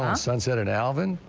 um sunset in alvin.